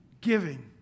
Giving